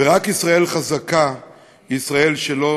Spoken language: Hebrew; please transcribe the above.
ורק ישראל חזקה היא ישראל שלא